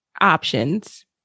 options